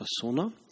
persona